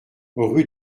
rue